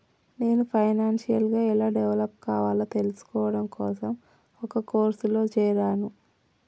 నేను ఫైనాన్షియల్ గా ఎలా డెవలప్ కావాలో తెల్సుకోడం కోసం ఒక కోర్సులో జేరాను